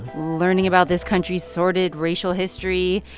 learning about this country's sordid racial history.